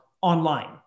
online